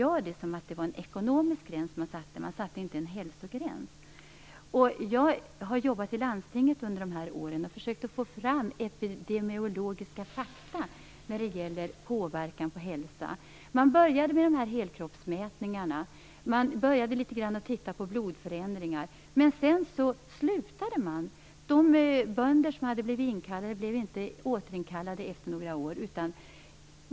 Jag såg det som att det var en ekonomisk gräns man satte och inte en hälsogräns. Jag har jobbat i landstinget under de här åren och försökt få fram epidemiologiska fakta när det gäller påverkan på hälsan. Man började med dessa helkroppsmätningar, och man började litet grand med att titta på blodförändringar, men sedan slutade man. De bönder som hade blivit kallade blev inte återinkallade efter några år.